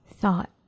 thought